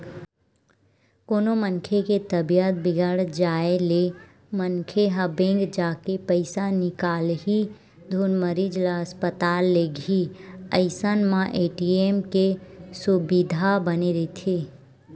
कोनो मनखे के तबीयत बिगड़ जाय ले मनखे ह बेंक जाके पइसा निकालही धुन मरीज ल अस्पताल लेगही अइसन म ए.टी.एम के सुबिधा बने रहिथे